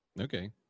Okay